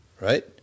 right